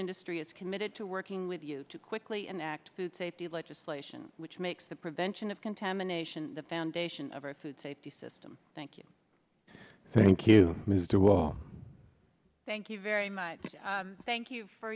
industry is committed to working with you to quickly enact food safety legislation which makes the prevention of contamination the foundation of our food safety system thank you thank you mr well thank you very much thank you for